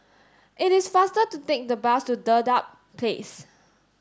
it is faster to take the bus to Dedap Place